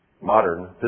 modern